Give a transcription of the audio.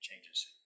changes